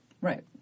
Right